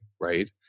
right